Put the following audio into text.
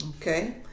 Okay